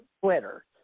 Twitter